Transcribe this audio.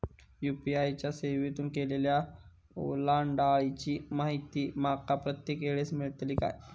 UPI च्या सेवेतून केलेल्या ओलांडाळीची माहिती माका प्रत्येक वेळेस मेलतळी काय?